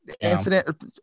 incident